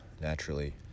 naturally